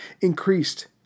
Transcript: increased